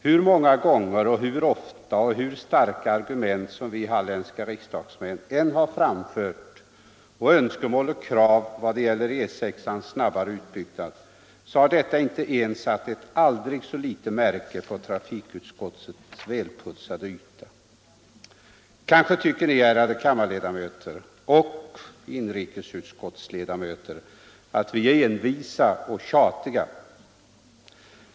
Hur många gånger och med hur starka argument vi halländska riksdagsmän än har framfört önskemål och krav beträffande snabbare utbyggnad av E 6 har detta inte satt ens ett aldrig så litet märke på trafikutskottets välputsade yta. Kanske tycker ni, ärade kammarledamöter och trafikutskottsledamöter, att vi är envisa och tjatiga.